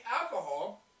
alcohol